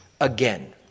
again